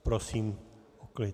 Prosím o klid...